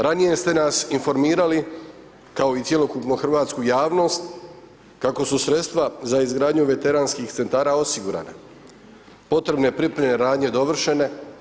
Ranije ste nas informirali, kao i cjelokupnu hrvatsku javnost kako su sredstva za izgradnju Veteranskih centara osigurana, potrebne pripremne radnje dovršene.